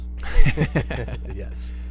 yes